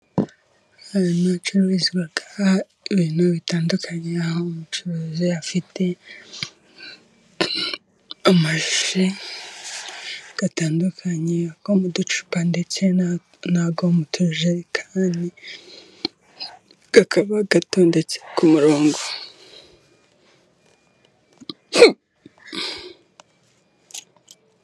Ahacururizwa ibintu bitandukanye, aho umucuruzi afite ama ji atandukanye ayo mu ducupa ndetse n'ayo mu tujerekani akaba atondetse ku murongo.